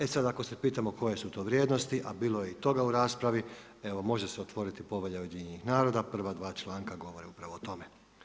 E sad, ako se pitamo koje su to vrijednosti, a bilo je i toga u raspravi, evo može se otvoriti Povelja UN-a, prva dva članka govore upravo o tome.